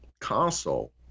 console